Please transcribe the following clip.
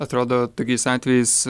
atrodo tokiais atvejais